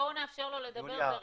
בואו נאפשר לו לדבר ברצף.